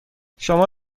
شما